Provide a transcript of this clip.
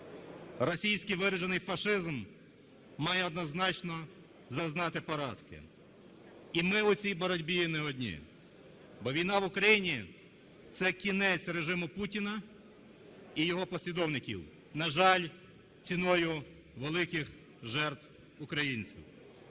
Російський виражений фашизм має однозначно зазнати поразки. І ми у цій боротьбі не одні. Бо війна в Україні – це кінець режиму Путіна і його послідовників. На жаль, ціною великих жертв українців.